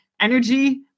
energy